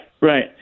right